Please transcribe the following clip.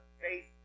faith